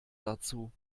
dazu